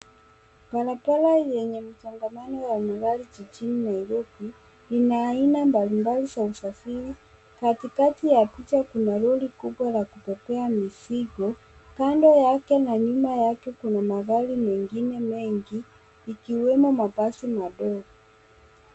Barabara yenye mchangamano wa magari jijini Nairobi. Lina aina mbalimbali za usafiri. Katikati ya picha, kuna lori kubwa la kubebea mizigo. Kando yake na nyuma yake kuna magari mengine mengi, ikiwemo mabasi madogo.